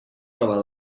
nova